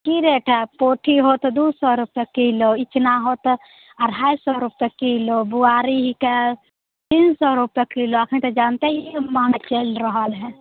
कि रेट हइ पोठी हैत दुइ सओ रुपैए किलो इचना हैत अढ़ाइ सओ रुपैआ किलो बुआरीके तीन सओ रुपैए किलो एखन तऽ जानिते हिए महग चलि रहल हइ